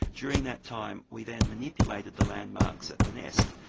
during that time we then manipulated the landmarks at the nest.